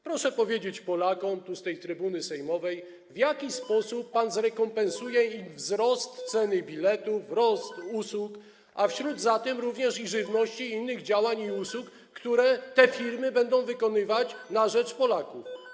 Proszę powiedzieć Polakom, tu, z tej trybuny sejmowej, w jaki sposób pan zrekompensuje im wzrost cen biletów, wzrost cen usług, a w ślad za tym również wzrost cen żywności i innych działań i usług, które te firmy będą wykonywać na rzecz Polaków.